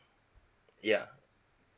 yeah